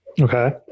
Okay